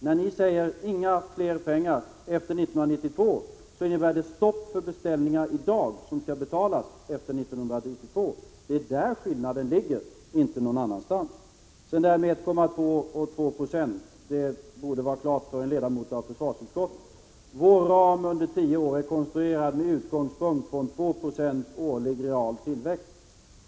När ni säger ”inga mer pengar efter 1992” innebär det ett stopp i dag för beställningar som skall betalas efter 1992. Det är där skillnaden ligger — inte någon annanstans. Beträffande 1,2 eller 2 26: Detta borde vara klart för en ledamot av försvarsutskottet. Vår ram under tio år är konstruerad med utgångspunkt i 2 Fo årlig real tillväxt.